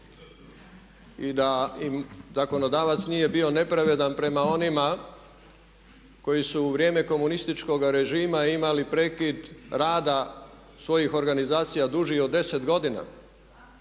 i da im zakonodavac nije bio nepravedan prema onima koji su u vrijeme komunističkoga režima imali prekid rada svojih organizacija dužih od 10 godina